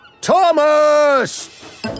Thomas